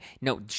No